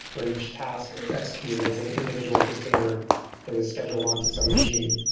where each task executed as an individual container that was scheduled on to some machine.